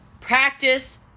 Practice